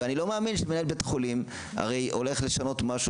ואני לא מאמין שמנהל בית חולים הולך לשנות משהו